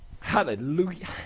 Hallelujah